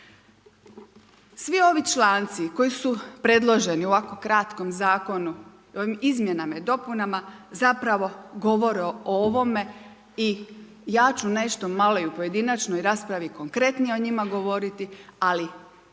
Svi ovi članci koji su predloženi u ovako kratkom zakonu u ovim izmjenama i dopunama zapravo govore o ovome i ja ću nešto malo i u pojedinačnoj raspravi konkretnije o njima govoriti ali